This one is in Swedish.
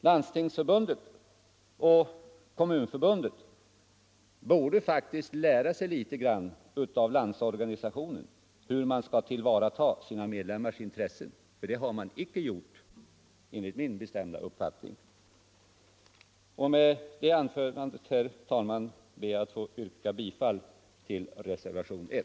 Landstingsförbundet och Kommunförbundet borde faktiskt lära sig av Landsorganisationen hur man skall tillvarata sina medlemmars intressen. Det har man icke gjort enligt min bestämda uppfattning. Herr talman! Med det anförda ber jag att få yrka bifall till reservationen